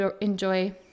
enjoy